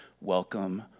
welcome